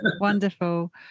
Wonderful